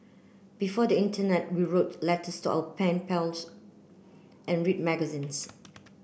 before the internet we wrote letters to our pen pals and read magazines